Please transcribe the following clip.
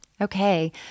Okay